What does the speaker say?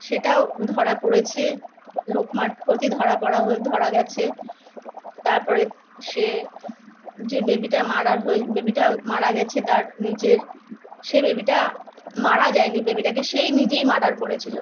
সেটাও ধরা পড়েছে লোক মারফতই ধরা পড়া ধরা গেছে তারপরে সে যে বেবিটা মার্ডার হয়ে বেবিটা মারা গেছে তার নিজের সে বেবিটা মারা যায়নি বেবিটাকে সেই নিজেই মার্ডার করেছিল